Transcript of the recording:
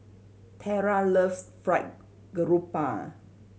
Tera loves Fried Garoupa